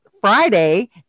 Friday